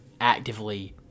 actively